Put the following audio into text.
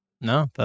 No